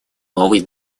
новый